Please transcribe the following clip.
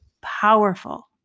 powerful